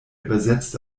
übersetzte